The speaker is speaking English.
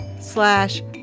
slash